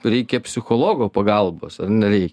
reikia psichologo pagalbos ar nerei